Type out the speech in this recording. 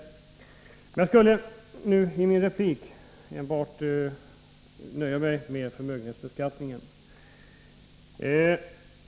Men jag skall nu i min replik enbart nöja mig med förmögenhetsbeskattningen.